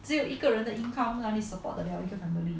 对呀